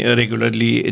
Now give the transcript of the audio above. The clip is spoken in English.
regularly